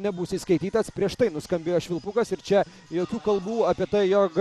nebus įskaitytas prieš tai nuskambėjo švilpukas ir čia jokių kalbų apie tai jog